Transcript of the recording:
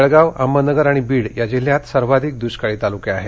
जळगाव अहमदनगर आणि बीड या जिल्ह्यांत सर्वाधिक दुष्काळी तालुके आहेत